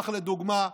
לדוגמה,